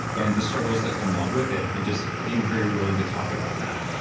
and the struggles that come along with it, and just being very willing to talk about that.